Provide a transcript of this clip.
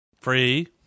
Free